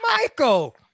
michael